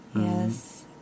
Yes